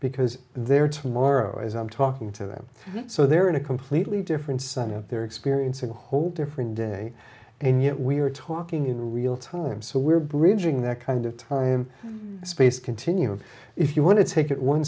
because they're tomorrow as i'm talking to them so they're in a completely different sunnah they're experiencing a whole different day and yet we're talking in real time so we're bridging that kind of time space continuum if you want to take it one